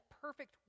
perfect